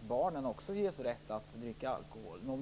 barnen automatiskt ges rätt att dricka alkohol.